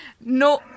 No